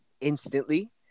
instantly